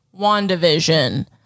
WandaVision